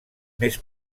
més